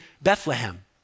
Bethlehem